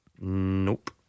Nope